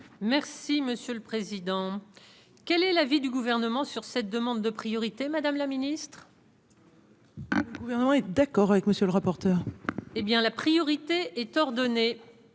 monsieur le président, quel est l'avis du gouvernement sur cette demande de priorité, madame la ministre. Le gouvernement est d'accord avec monsieur le rapporteur. Hé bien, la priorité est ordonnée,